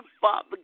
Father